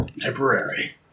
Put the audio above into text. Temporary